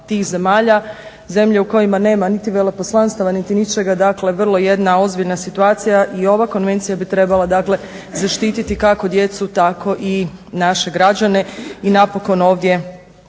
tih zemalja, zemlje u kojima nema niti veleposlanstava niti ničega. Dakle, vrlo jedna ozbiljna situacija i ova konvencija bi trebala, dakle zaštititi kako djecu, tako i naše građane i napokon ovdje